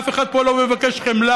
אף אחד פה לא מבקש חמלה.